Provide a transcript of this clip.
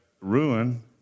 ruin